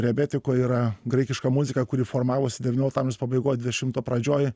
rebetiko yra graikiška muzika kuri formavosi devyniolikto amžiaus pabaigoj dvidešimto pradžioj